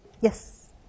Yes